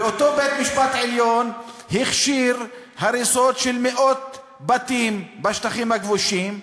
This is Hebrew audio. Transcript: אותו בית-משפט עליון הכשיר הריסות של מאות בתים בשטחים הכבושים,